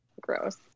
Gross